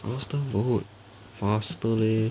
now's time for vote faster leh